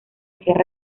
cierre